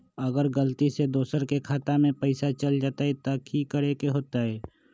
अगर गलती से दोसर के खाता में पैसा चल जताय त की करे के होतय?